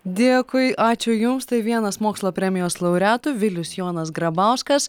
dėkui ačiū jums tai vienas mokslo premijos laureatų vilius jonas grabauskas